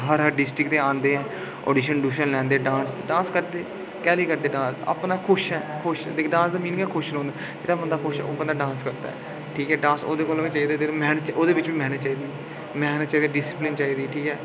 हर district दे औंदे audition audition लैंदे ते डांस करदे केह्ली करदे डांस अपना खुश ऐ ते डांस दा मीनिंग ऐ खुश रौह्ना जेह्ड़ा बंदा खुश होंदा ओह् डांस करदा ठीक ऐ डांस ओह्दे पिच्छें मैह्नत चाहिदी मैह्नत चाहिदे डिस्पलिन चाहिदे ठीक ऐ